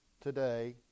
today